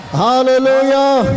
hallelujah